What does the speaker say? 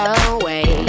away